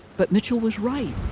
but mitchell was right